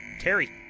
Terry